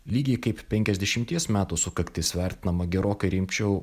lygiai kaip penkiasdešimties metų sukaktis vertinama gerokai rimčiau